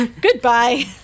goodbye